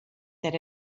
that